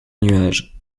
nuages